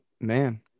Man